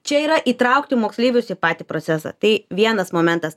čia yra įtraukti moksleivius į patį procesą tai vienas momentas